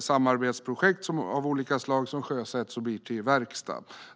Samarbetsprojekt av olika slag sjösätts och blir till verkstad.